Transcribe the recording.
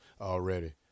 already